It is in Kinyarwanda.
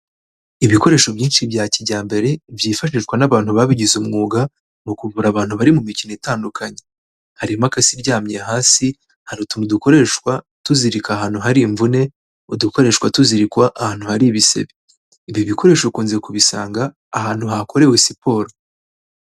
Ibikoresho byinshi bya kijyambere byifashishwa n'abantu babigize umwuga mu kuvura abantu bari mu mikino itandukanye. Hari imakasi iryamye hasi, hari utuntu dukoreshwa tuzirikwa ahantu hari imvune, udukoreshwa tuzirikwa ahantu hari ibisebe. Ibi bikoresho ukunze kubisanga ahantu hakorewe siporo.